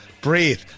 Breathe